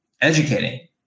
educating